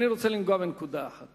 אני רוצה לגעת בנקודה אחת